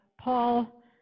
Paul